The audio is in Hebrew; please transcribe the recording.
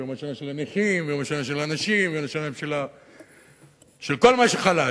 יום השנה של הנכים ויום השנה של הנשים ויום השנה של כל מה שחלש.